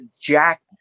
jack